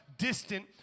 distant